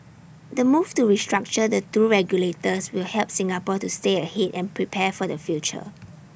the move to restructure the two regulators will help Singapore to stay ahead and prepare for the future